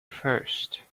first